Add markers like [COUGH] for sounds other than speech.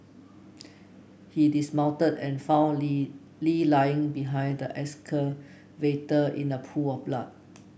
he dismounted and [UNINTELLIGIBLE] Lee Lee lying behind the excavator in a pool of blood